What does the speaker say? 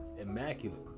immaculate